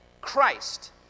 Christ